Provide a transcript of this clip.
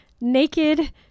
naked